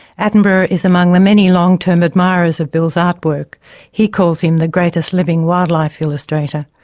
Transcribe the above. attenborough is among the many long-term admirers of bill's artwork he calls him the greatest living wildlife illustrator.